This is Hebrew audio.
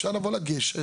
אפשר לבוא ולגשת.